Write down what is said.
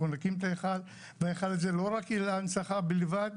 אנחנו נקים את ההיכל והיכל הזה לא רק יהיה להנצחה בלבד,